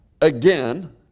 again